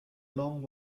long